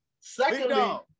Secondly